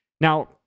Now